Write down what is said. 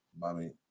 Mommy